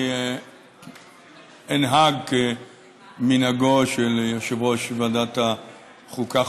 אני אנהג כמנהגו של יושב-ראש ועדת החוקה,